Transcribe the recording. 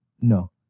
No